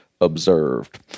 observed